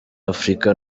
africa